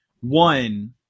One